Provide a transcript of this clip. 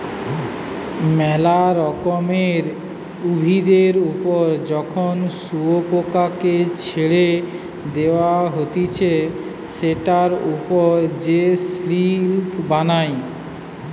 মেলা রকমের উভিদের ওপর যখন শুয়োপোকাকে ছেড়ে দেওয়া হতিছে সেটার ওপর সে সিল্ক বানায়